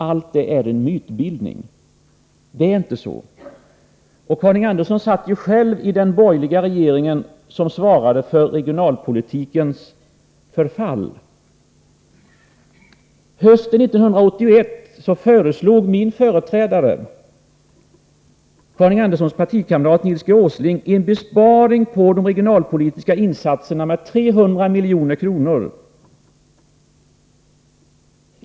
Allt detta är mytbildning. Det är inte så. Karin Andersson satt ju själv i den borgerliga regering som svarade för regionalpolitikens förfall. Hösten 1981 föreslog min företrädare, Karin Anderssons partikamrat Nils G. Åsling, en besparing på de regionalpolitiska insatserna med 300 milj.kr.